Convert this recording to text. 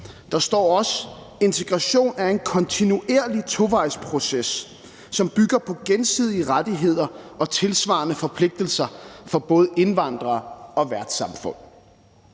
Der står også: Integration er en kontinuerlig tovejsproces, som bygger på gensidige rettigheder og tilsvarende forpligtelser for både indvandrere og værtssamfund.